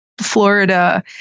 Florida